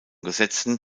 gesetzen